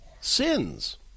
sins